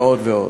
ועוד ועוד.